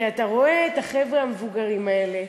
כי אתה רואה את החבר'ה המבוגרים האלה,